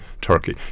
Turkey